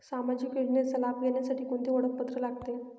सामाजिक योजनेचा लाभ घेण्यासाठी कोणते ओळखपत्र लागते?